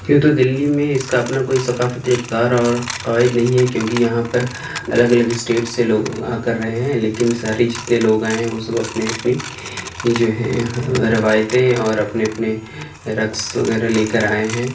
یہ تو دلّی میں اس کا اپنا کوئی ثقافتی اقدار اور قواعد نہیں ہیں کیوں کہ یہاں پر الگ الگ اسٹیٹ سے لوگ آ کر رہے ہیں لیکن سارے جتنے لوگ آئے ہیں وہ سب اپنے اپنی جو ہے ہیں و روایتیں اور اپنے اپنے رقص وغیرہ لے کر آئے ہیں